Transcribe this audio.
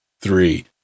three